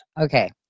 okay